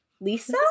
lisa